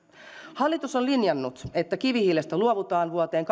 hallitus on linjannut että kivihiilestä luovutaan vuoteen